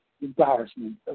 Embarrassment